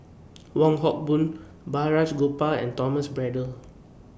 Wong Hock Boon Balraj Gopal and Thomas Braddell